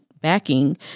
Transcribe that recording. backing